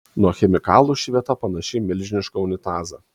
nuo chemikalų ši vieta panaši į milžinišką unitazą